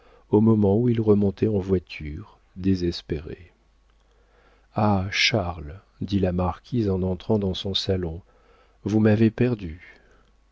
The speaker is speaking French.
au moment où il remontait en voiture désespéré ah charles dit la marquise en entrant dans son salon vous m'avez perdue